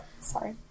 Sorry